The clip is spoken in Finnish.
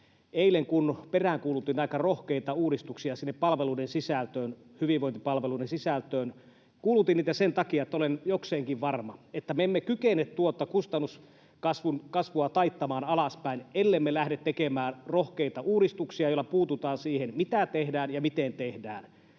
Eilen kun peräänkuulutin aika rohkeita uudistuksia sinne hyvinvointipalveluiden sisältöön, kuulutin niitä sen takia, että olen jokseenkin varma, että me emme kykene tuota kustannuskasvua taittamaan alaspäin, ellemme lähde tekemään rohkeita uudistuksia, joilla puututaan siihen, mitä tehdään ja miten tehdään.